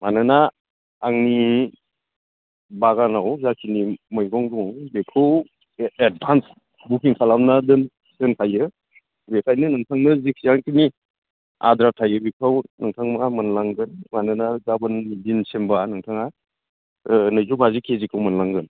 मानोना आंनि बागानाव जाखिनि मैगं दङ बेखौ एडभान्स बुकिं खालामना दोनखायो बेनिखायनो नोंथांनो जेसेबांखिनि आद्रा थायो बेखौ नोंथाङा मोनलांगोन मानोना गाबोन दिनसिमबा नोंथाङा नैजौबाजि केजिखौ मोनलांगोन